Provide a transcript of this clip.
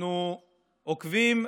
אנחנו עוקבים,